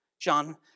John